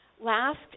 Last